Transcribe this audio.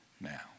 now